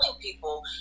people